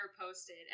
posted